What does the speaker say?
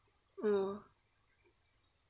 mm